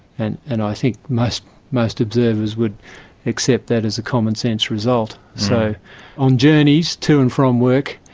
and and i think most most observers would accept that as a commonsense result. so on journeys to and from work,